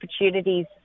opportunities